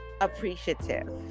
appreciative